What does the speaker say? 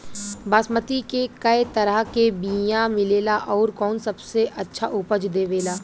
बासमती के कै तरह के बीया मिलेला आउर कौन सबसे अच्छा उपज देवेला?